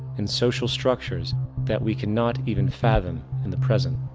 and social structures that we cannot even fathom in the present.